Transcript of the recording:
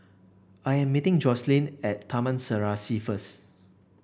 I am meeting Joycelyn at Taman Serasi first